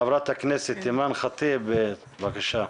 חברת הכנסת אימאן ח'טיב, בבקשה.